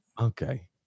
Okay